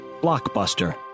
Blockbuster